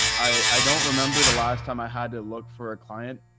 i don't remember the last time i had to look for a client,